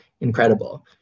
incredible